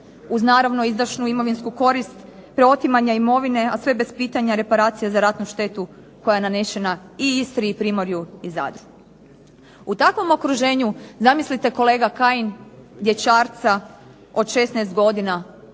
uz naravno izdašnu imovinsku korist, te otimanja imovine a sve bez pitanja reparacije za ratnu štetu koja je nanešena i Istri i Primorju i Zadru. U takvom okruženju zamislite kolega Kajin dječarca od 16 godina,